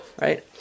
right